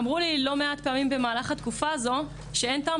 אמרו לי לא מעט פעמים במהלך התקופה הזו שאין טעם